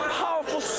powerful